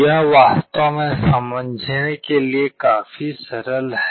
यह वास्तव में समझने में काफी सरल है